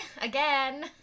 again